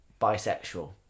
bisexual